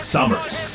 Summers